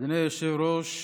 אדוני היושב-ראש,